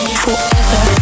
forever